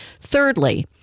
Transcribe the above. Thirdly